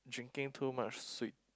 drinking too much sweet